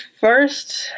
first